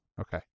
Okay